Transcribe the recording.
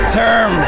term